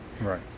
Right